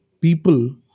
people